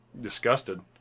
disgusted